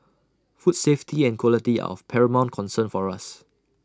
food safety and quality are of paramount concern for us